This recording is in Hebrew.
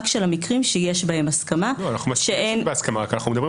אבל במקרים כאלה --- אין חובת יידוע.